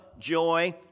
joy